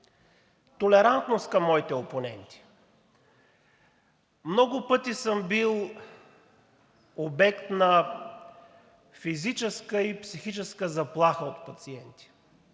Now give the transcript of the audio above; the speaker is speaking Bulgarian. толерантност към моите опоненти. Много пъти съм бил обект на физическа и психическа заплаха от пациенти,